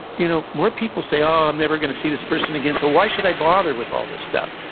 you know more people say, oh, i'm never going to see this person again, so, why should i bother with all this stuff?